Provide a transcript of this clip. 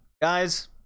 Guys